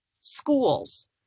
schools